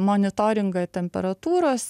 monitoringą temperatūros